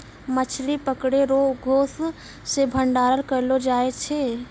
मछली पकड़ै रो उद्योग से भंडारण करलो जाय छै